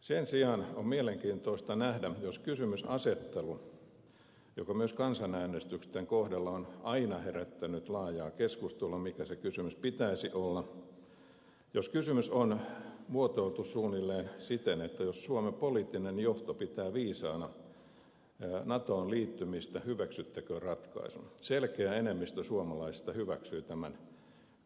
sen sijaan on mielenkiintoista nähdä että jos kysymysasettelussa joka myös kansanäänestysten kohdalla on aina herättänyt laajaa keskustelua siitä mikä se kysymys pitäisi olla kysymys on muotoiltu suunnilleen siten että jos suomen poliittinen johto pitää viisaana natoon liittymistä hyväksyttekö ratkaisun selkeä enemmistö suomalaisista hyväksyy tämän